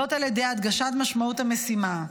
זאת על ידי הדגשת משמעות המשימה,